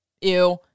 Ew